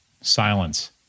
Silence